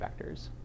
vectors